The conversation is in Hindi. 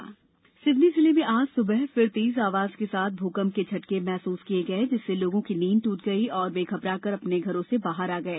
भकंप सिवनी सिवनी जिले में आज सुबह फिर तेज आवाज के साथ भूकंप के झटके महसूस किये गये जिससे लोगों की नींद टूट गई और वे घबराकर अपने घरों से बाहर आ गए